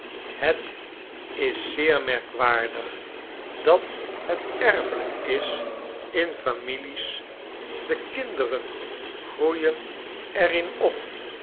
het is zeer merkwaardig dat het erfelijk is in families de kinderen groeien er in op